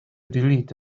delete